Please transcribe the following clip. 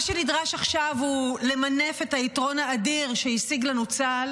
מה שנדרש עכשיו הוא למנף את היתרון האדיר שהשיג לנו צה"ל